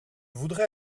voudrais